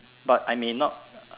but I may not